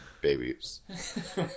babies